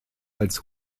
als